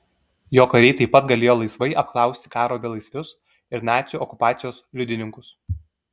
jo kariai taip pat galėjo laisvai apklausti karo belaisvius ir nacių okupacijos liudininkus